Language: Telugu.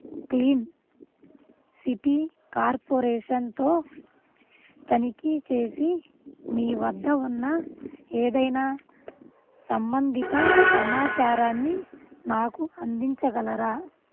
క్లీన్ సిటీ కార్పొరేషన్తో తనిఖీ చేసి మీ వద్ద ఉన్న ఏదైనా సంబంధిత సమాచారాన్ని నాకు అందించగలరా